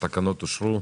הצבעה התקנות אושרו.